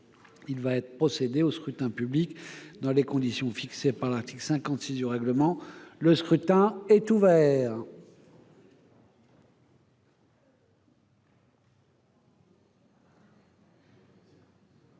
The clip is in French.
Il va y être procédé dans les conditions fixées par l'article 56 du règlement. Le scrutin est ouvert.